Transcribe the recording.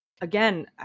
again